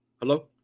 Hello